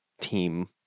Team